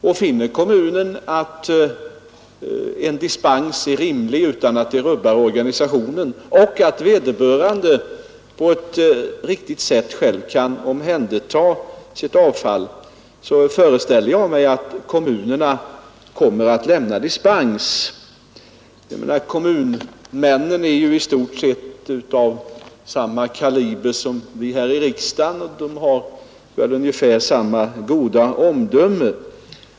Om kommunen finner att en dispens är rimlig utan att det rubbar organisationen och att vederbörande på ett riktigt sätt själv kan omhänderta sitt avfall, föreställer jag mig att kommunerna kommer att söka dispens. Kommunens styresmän är i stort sett av samma kaliber som vi här i riksdagen, och de har väl ungefär samma goda omdöme.